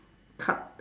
cut